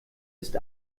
ist